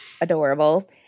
adorable